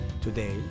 Today